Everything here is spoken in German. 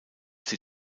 sie